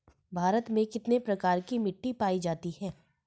भारत में कितने प्रकार की मिट्टी पाई जाती हैं?